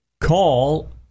call